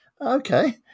okay